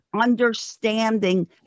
understanding